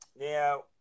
Now